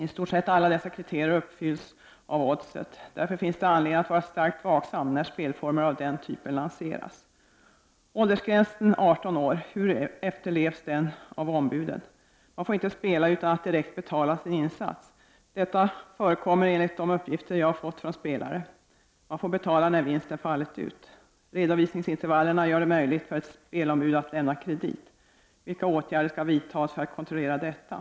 I stort sett alla dessa kriterier uppfylls av Oddset. Därför finns det anledning att vara särskilt vaksam när spelformer av den typen lanseras. Hur efterlevs åldersgränsen 18 år av ombuden? Man får inte spela utan att direkt betala sin insats. Men enligt de uppgifter jag har fått från spelare får man betala när vinsten fallit ut. Redovisningsintervallerna gör det möjligt för ett spelombud att lämna kredit. Vilka åtgärder skall vidtas för att kontrollera detta?